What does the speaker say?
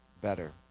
better